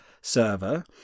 server